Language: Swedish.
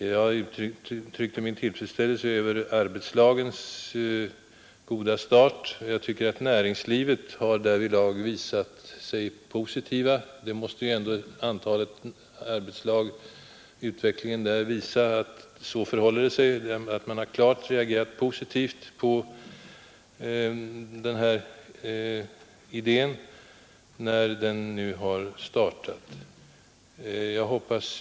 Jag begränsade mig till att i övrigt uttrycka min tillfredsställelse över arbetslagens goda start. Jag tycker näringslivet därvidlag har visat sin positiva inställning. Antalet arbetslag och utvecklingen i övrigt visar ändå att man inom industrin är klart intresserad för den här idén när den nu har börjat praktiseras.